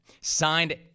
Signed